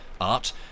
art